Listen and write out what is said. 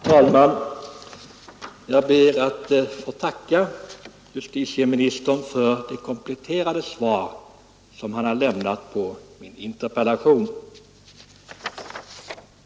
Herr talman! Jag ber att få tacka justitieministern för det kompletterande svaret.